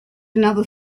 another